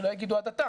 שלא יגידו 'הדתה'.